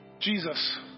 Jesus